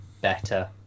better